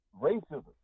racism